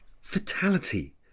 fatality